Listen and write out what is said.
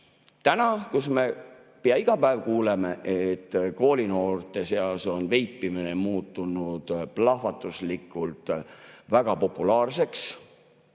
Täna, kus me pea iga päev kuuleme, et koolinoorte seas on veipimine muutunud plahvatuslikult väga populaarseks,